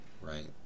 right